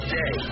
day